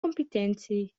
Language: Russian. компетенции